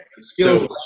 Skills